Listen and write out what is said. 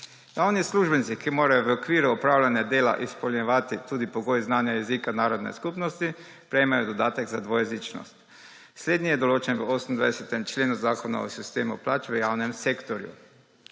Javni uslužbenci, ki morajo v okviru opravljanja dela izpolnjevati tudi pogoj znanja jezika narodne skupnosti, prejmejo dodatek za dvojezičnost. Slednji je določen v 28. členu Zakona o sistemu plač v javnem sektorju.